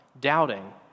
doubting